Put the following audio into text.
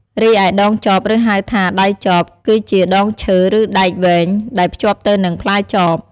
រីឯដងចប ឬហៅថា ដៃចប គឺជាដងឈើ ឬដែកវែង ដែលភ្ជាប់ទៅនឹងផ្លែចប។